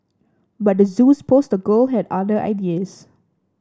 but the Zoo's poster girl had other ideas